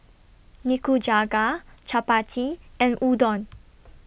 Nikujaga Chapati and Udon